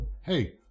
hey